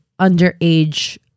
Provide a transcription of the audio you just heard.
underage